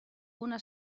una